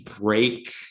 break